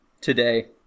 today